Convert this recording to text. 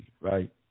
right